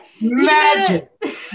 magic